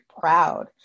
proud